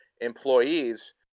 employees